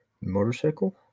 motorcycle